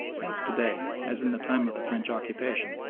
hence to-day, as in the time of the french occupation,